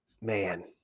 man